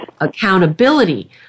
accountability